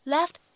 Left